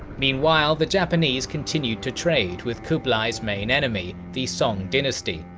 meanwhile, the japanese continued to trade with kublai's main enemy, the song dynasty,